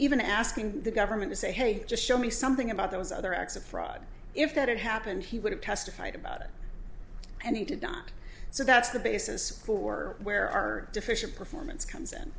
even asking the government to say hey just show me something about those other acts of fraud if that had happened he would have testified about it and he did not so that's the basis for where our deficient performance comes in